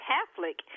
Catholic